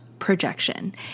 projection